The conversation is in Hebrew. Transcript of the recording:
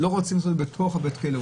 לא רוצים לעשות את זה בתוך בית הכלא,